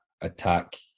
attack